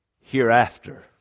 hereafter